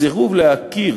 הסירוב להכיר